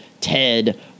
Ted